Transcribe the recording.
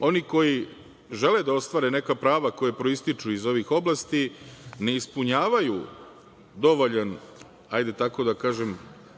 oni koji žele da ostvare neka prava koja proističu iz ovih oblasti ne ispunjavaju dovoljan, hajde tako da kažem,